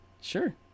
sure